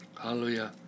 Hallelujah